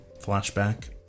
flashback